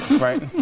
Right